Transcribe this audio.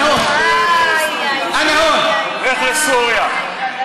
אני כאן.) לך לפלסטין, לך לסוריה.